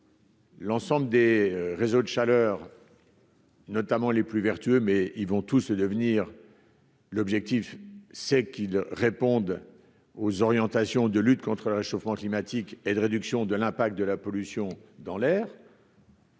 L'ensemble des réseaux de chaleur. Notamment les plus vertueux, mais ils vont tous devenir l'objectif, c'est qu'ils répondent aux orientations de lutte contre le réchauffement climatique et de réduction de l'impact de la pollution dans l'air.